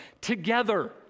Together